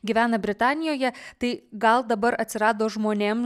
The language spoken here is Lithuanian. gyvena britanijoje tai gal dabar atsirado žmonėm